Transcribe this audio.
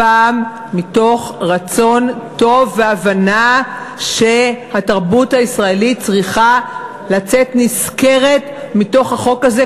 הפעם מתוך רצון טוב והבנה שהתרבות הישראלית צריכה לצאת נשכרת מהחוק הזה,